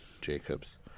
Jacob's